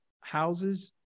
houses